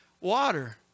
water